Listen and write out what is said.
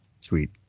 Sweet